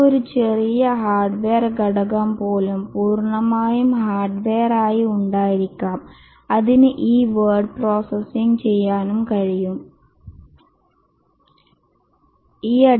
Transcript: നമുക്ക് word processing ചെയ്യാൻ കഴിയുന്ന ഒരു ചെറിയ തികച്ചും ഹാർഡ്വെയർ ഘടകം ലഭിക്കും